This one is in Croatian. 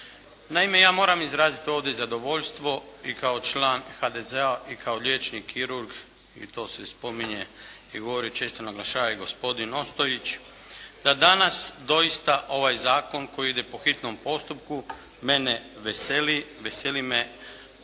Naime, ja moram izraziti ovdje zadovoljstvo i kao član HDZ-a i kao liječnik, kirurg, i to se i spominje i govori i često naglašava i gospodin Ostojić. Da danas, doista ovaj Zakon koji ide po hitnom postupku, mene veseli, veseli me ono